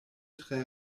tre